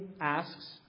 asks